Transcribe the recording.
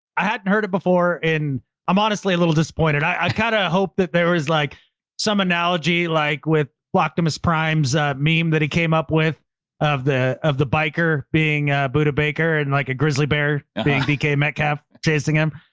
i hadn't heard it before. and i'm honestly a little disappointed. i kind of hope that there was like some analogy like with blockness primes meme that he came up with of the of the biker being a buddha baker and like a grizzly bear being dk metcalf, chasing him.